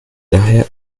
daher